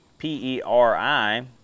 P-E-R-I